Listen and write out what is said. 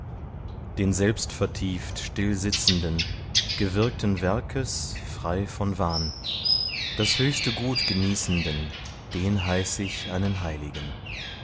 den selbstvertieft still sitzenden gewirkten werkes frei von wahn das höchste gut genießenden den heiß ich einen heiligen